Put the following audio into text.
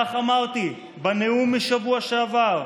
כך אמרתי בנאום משבוע שעבר,